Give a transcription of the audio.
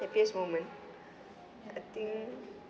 happiest moment I think